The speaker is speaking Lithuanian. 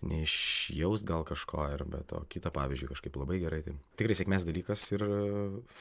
neišjaust gal kažko ir be to kitą pavyzdžiui kažkaip labai gerai tai tikrai sėkmės dalykas ir